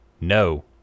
No